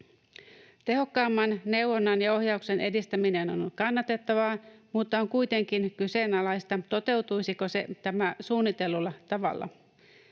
Tehokkaamman neuvonnan ja ohjauksen edistäminen on kannatettavaa, mutta on kuitenkin kyseenalaista, toteutuisiko tämä suunnitellulla tavalla.